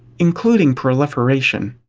including proliferation.